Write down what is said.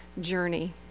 journey